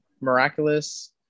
Miraculous